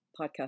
podcast